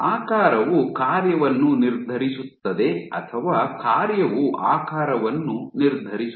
ಆಕಾರವು ಕಾರ್ಯವನ್ನು ನಿರ್ಧರಿಸುತ್ತದೆ ಅಥವಾ ಕಾರ್ಯವು ಆಕಾರವನ್ನು ನಿರ್ಧರಿಸುತ್ತದೆ